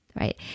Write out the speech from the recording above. Right